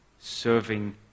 serving